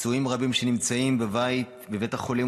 פצועים רבים שנמצאים בבית החולים.